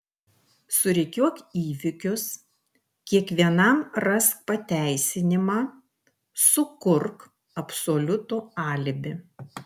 surikiuok įvykius kiekvienam rask pateisinimą sukurk absoliutų alibi